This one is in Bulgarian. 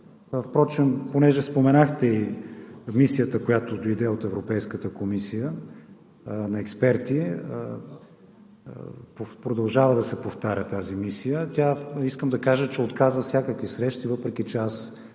Впрочем понеже споменахте и мисията, която дойде от Европейската комисия на експерти, продължава да се повтаря тази мисия, искам да кажа, че отказа всякакви срещи, въпреки че